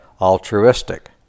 altruistic